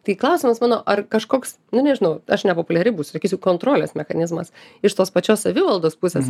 tai klausimas mano ar kažkoks nu nežinau aš nepopuliari busiu sakysiu kontrolės mechanizmas iš tos pačios savivaldos pusės